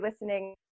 listening